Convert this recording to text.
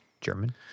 German